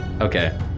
Okay